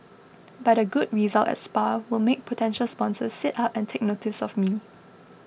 but a good result at Spa will make potential sponsors sit up and take notice of me